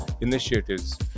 initiatives